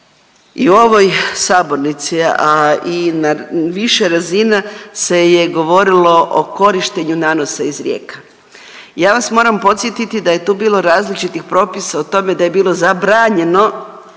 i u ovoj sabornici, a i na više razina se je govorilo o korištenju nanosa iz rijeka. Ja vas moram podsjetiti da je tu bilo različitih propisa o tome da je bilo zabranjeno